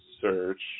search